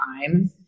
time